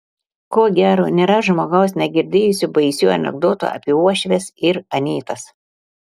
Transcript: ko gero nėra žmogaus negirdėjusio baisių anekdotų apie uošves ir anytas